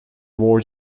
war